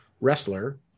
wrestler